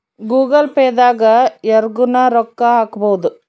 Google Pay ದಾಗ ಯರ್ಗನ ರೊಕ್ಕ ಹಕ್ಬೊದು